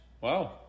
Wow